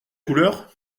couleur